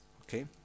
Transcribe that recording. Okay